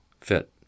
fit